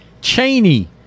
Cheney